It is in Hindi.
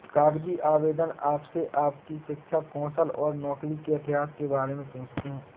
कागजी आवेदन आपसे आपकी शिक्षा, कौशल और नौकरी के इतिहास के बारे में पूछते है